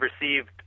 received